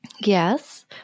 Yes